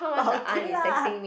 but okay lah